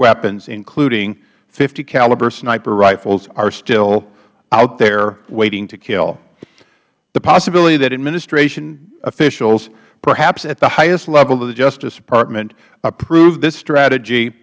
weapons including caliber sniper rifles are still out there waiting to kill the possibility that administration officials perhaps at the highest level of the justice department approved this strategy